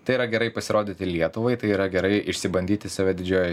tai yra gerai pasirodyti lietuvai tai yra gerai išsibandyti save didžiojoje